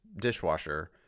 dishwasher